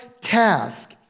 task